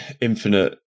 Infinite